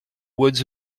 woods